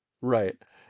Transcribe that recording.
Right